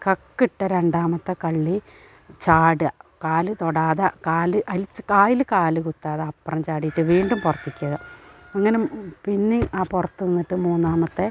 കക്കിട്ട രണ്ടാമത്തെ കള്ളി ചാടുക കാലു തൊടാതെ കാല് അതിൽ അതിൽ കാലു കുത്താതെ അപ്പുറം ചാടിയിട്ടു വീണ്ടും പുറത്തേക്ക് അങ്ങനെ പിന്നെ ആ പുറത്ത് നിന്നിട്ട് മൂന്നാമത്തെ